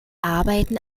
arbeiten